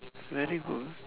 very good